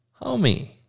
Homie